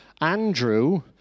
Andrew